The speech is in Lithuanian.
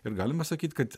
ir galima sakyt kad